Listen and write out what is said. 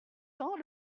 temps